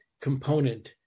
component